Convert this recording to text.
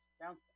bouncing